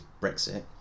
Brexit